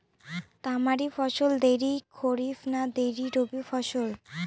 তামারি ফসল দেরী খরিফ না দেরী রবি ফসল?